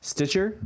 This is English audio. Stitcher